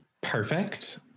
perfect